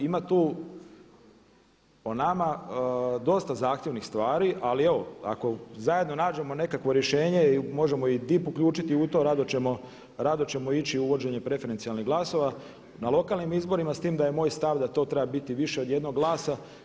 Ima tu po nama dosta zahtjevnih stvari, ali evo ako zajedno nađemo nekakvo rješenje, možemo i DIP uključiti u to rado ćemo ići uvođenje preferencijalnih glasova na lokalnim izborima s tim da je moj stav da to treba biti više od jednog glasa.